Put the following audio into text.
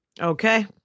Okay